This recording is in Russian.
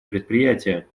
предприятия